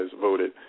voted